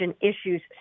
issues